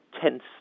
tense